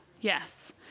Yes